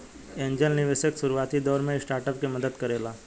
angel निवेशक शुरुआती दौर में स्टार्टअप के मदद करेला